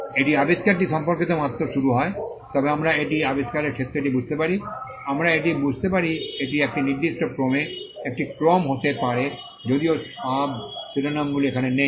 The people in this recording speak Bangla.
এটি আবিষ্কারটি সম্পর্কিত মাত্র শুরু হয় তবে আমরা এটি আবিষ্কারের ক্ষেত্রটি বুঝতে পারি আমরা এটি বুঝতে পারি এটি একটি নির্দিষ্ট ক্রমে একটি ক্রম হতে পারে যদিও সাব শিরোনামগুলি এখানে নেই